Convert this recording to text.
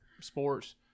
sports